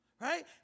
right